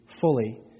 fully